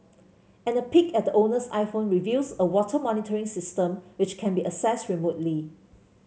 and a peek at the owner's iPhone reveals a water monitoring system which can be accessed remotely